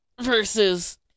Versus